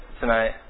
tonight